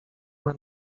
uma